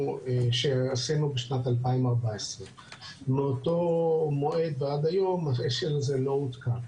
שעשינו בשנת 2014. מאותו מועד ועד היום האש"ל הזה לא עודכן.